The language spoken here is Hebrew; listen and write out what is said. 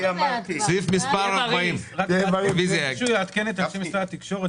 סעיף מספר 40. שמישהו יעדכן את אנשי משרד התקשורת,